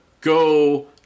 go